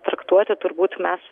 traktuoti turbūt mes